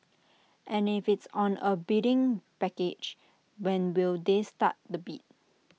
and if it's on A bidding package when will they start the bid